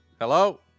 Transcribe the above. Hello